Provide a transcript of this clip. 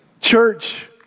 Church